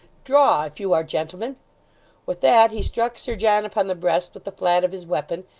draw, if you are gentlemen with that he struck sir john upon the breast with the flat of his weapon,